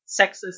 sexist